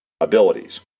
abilities